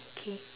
okay